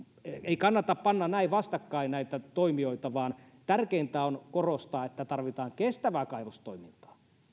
näin panna vastakkain näitä toimijoita vaan tärkeintä on korostaa että tarvitaan kestävää kaivostoimintaa